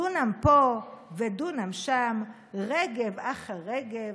// דונם פה ודונם שם, / רגב אחר רגב,